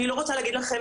אני לא רוצה להגיד לכם